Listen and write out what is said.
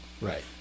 Right